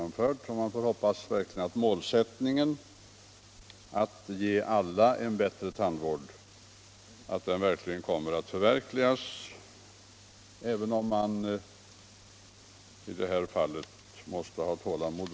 Man får hoppas att målsättningen att ge alla en bättre tandvård kommer att förverkligas, även om man tydligen måste ha tålamod.